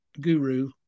guru